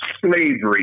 slavery